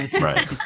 Right